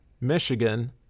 Michigan